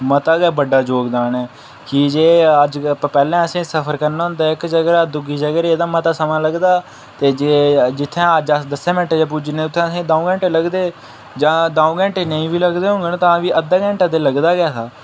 मता बड्ड जोगदान ऐ कि जे अज्ज तो पैह्ले असें सफर करना होंदा इक जगर दा दुई जगर एहदा मता समां लगदा ते जे जित्थें अज्ज अस दस्सें मैंटें च पुज्जी जन्ने उत्थै असेंगी द'ऊं घैंटे लगदे जां द'ऊं घैंटे नेईं बी लगदे होङन तां बी अद्धा घैंटा लगदा गै हा